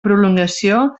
prolongació